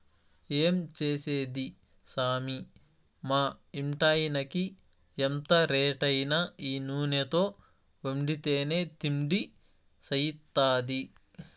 ఏం చేసేది సామీ మా ఇంటాయినకి ఎంత రేటైనా ఈ నూనెతో వండితేనే తిండి సయిత్తాది